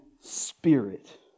spirit